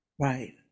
Right